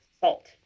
salt